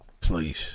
Please